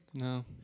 No